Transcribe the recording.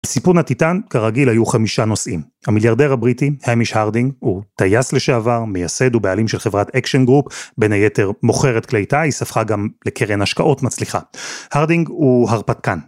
סיפון הטיטאן, כרגיל היו חמישה נוסעים, המיליארדר הבריטי, המיש הרדינג, הוא טייס לשעבר, מייסד ובעלים של חברת אקשן גרופ, בין היתר מוכרת כלי טיס, הפכה גם לקרן השקעות מצליחה, הרדינג הוא הרפתקן.